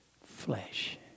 flesh